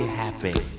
happy